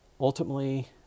ultimately